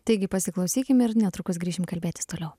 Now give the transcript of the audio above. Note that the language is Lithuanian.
taigi pasiklausykim ir netrukus grįšim kalbėtis toliau